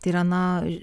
tai yra na